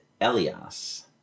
Elias